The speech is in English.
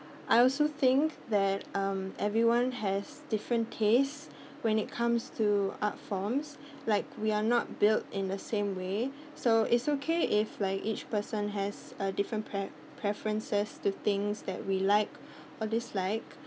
I also think that um everyone has different tastes when it comes to art forms like we're not built in the same way so it's okay if like each person has a different pref~ preferences to things that we like or dislike